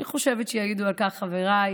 אני חושבת שיעידו על כך חבריי